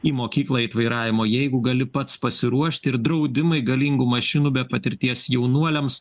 į mokyklą eiti vairavimo jeigu gali pats pasiruošti ir draudimai galingų mašinų be patirties jaunuoliams